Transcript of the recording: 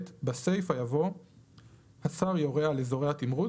(ב)בסיפה יבוא "השר יורה על אזורי התמרוץ